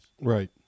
Right